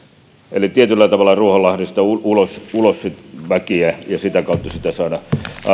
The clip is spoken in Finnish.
eli tietyllä tavalla ruoholahdesta ulos ulos väkeä ja sitä kautta sitä saadaan